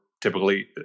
typically